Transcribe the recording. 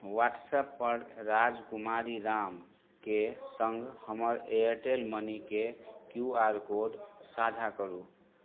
व्हाट्सअपपर राजकुमारी रामके सङ्ग हमर एयरटेल मनीके क्यू आर कोड साझा करू